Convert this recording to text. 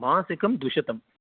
मासिकं द्विशतं